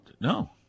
No